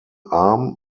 arm